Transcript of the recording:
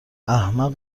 احمق